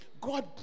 God